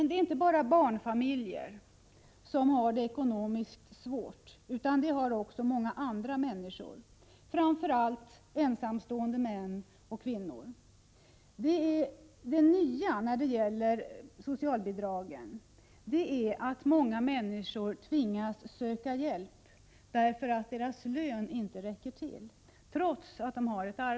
Det är inte bara barnfamiljer som har det ekonomiskt svårt, utan det har faktiskt många andra människor, framför allt ensamstående män och kvinnor. Det nya när det gäller socialbidragen är att många människor trots att de har ett arbete tvingas söka hjälp därför att deras lön inte räcker till.